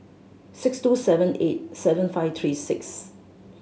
six two seven eight seven five three six